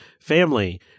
family